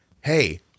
hey